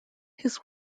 his